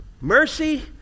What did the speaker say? Mercy